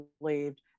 believed